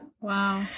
Wow